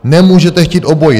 Nemůžete chtít obojí.